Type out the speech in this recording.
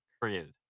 Created